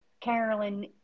Carolyn